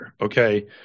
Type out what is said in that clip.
okay